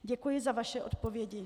Děkuji za vaše odpovědi.